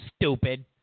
stupid